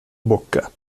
bocca